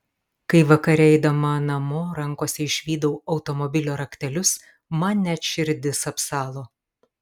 kai vakare eidama namo rankose išvydau automobilio raktelius man net širdis apsalo